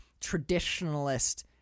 traditionalist